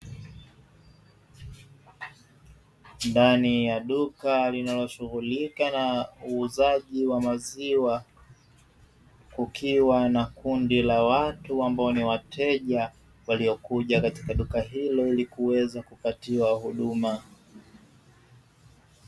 Ndani ya duka linaloshughulika na uuzaji wa maziwa, kukiwa na kundi la watu, ambao ni wateja waliokuja katika duka hilo ili kuweza kupatiwa huduma.